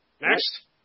Next